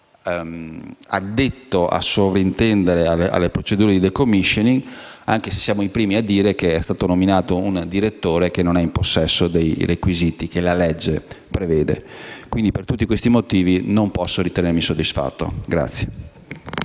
addetto a sovraintendere alle procedure di *decommissioning*, anche se siamo i primi a dire che è stato nominato un direttore che non è in possesso dei requisiti richiesti dalle leggi. Per tutti questi motivi, non posso ritenermi soddisfatto.